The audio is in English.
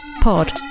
Pod